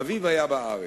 אביב היה בארץ,